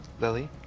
Lily